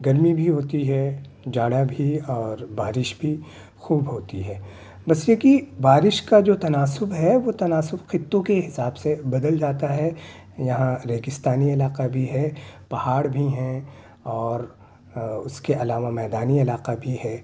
گرمی بھی ہوتی ہے جاڑا بھی اور بارش بھی خوب ہوتی ہے بس یہ کہ بارش کا جو تناسب ہے وہ تناسب خطوں کے حساب سے بدل جاتا ہے یہاں ریگستانی علاقہ بھی ہے پہاڑ بھی ہیں اور اس کے علاوہ میدانی علاقہ بھی ہے